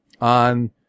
on